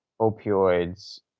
opioids